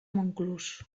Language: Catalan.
montclús